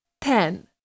ten